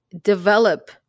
develop –